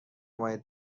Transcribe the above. باید